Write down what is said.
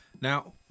Now